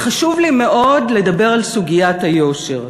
וחשוב לי מאוד לדבר על סוגיית היושר,